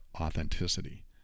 authenticity